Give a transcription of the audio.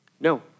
No